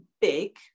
big